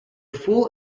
full